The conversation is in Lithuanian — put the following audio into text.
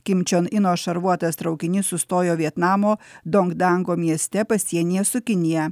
kim čion ino šarvuotas traukinys sustojo vietnamo dong danko mieste pasienyje su kinija